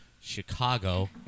Chicago